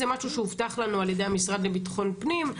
זה משהו שהובטח לנו על ידי המשרד לביטחון פנים.